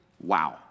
Wow